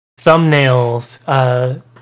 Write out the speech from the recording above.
thumbnails